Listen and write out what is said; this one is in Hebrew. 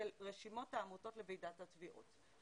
של רשימות העמותות, לוועידת התמיכות.